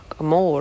more